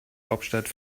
hauptstadt